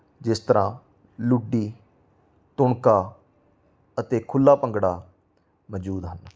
ਜਿਸ ਤਰ੍ਹਾਂ ਲੁੱਡੀ ਤੁਣਕਾ ਅਤੇ ਖੁੱਲ੍ਹਾ ਭੰਗੜਾ ਮੌਜੂਦ ਹਨ